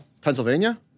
Pennsylvania